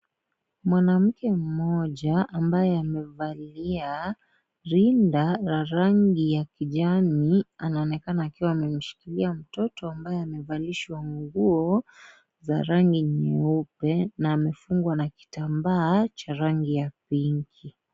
Mwanamke mmoja ambaye amevalia linda la rangi ya kijani anaonekana akiwa amemshikilia mtoto ambaye amevalishwa nguo za rangi nyeupe na amefungwa na kitambaa cha rangi ya pinki.